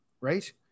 Right